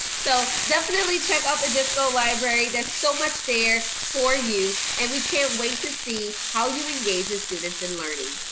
so definitely check out the disco library. there's so much there for you and we can't wait to see how you engage your students in learning.